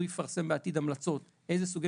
הוא יפרסם בעתיד המלצות איזה סוגי